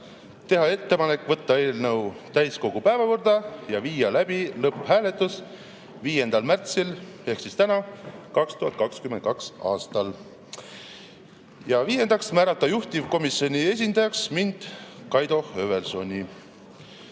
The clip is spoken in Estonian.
teha ettepanek võtta eelnõu täiskogu päevakorda ja viia läbi lõpphääletus täna, 5. aprillil 2022. aastal. Ja viiendaks, määrata juhtivkomisjoni esindajaks mind, Kaido Höövelsoni.